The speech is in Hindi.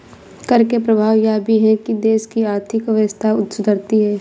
कर के प्रभाव यह भी है कि देश की आर्थिक व्यवस्था सुधरती है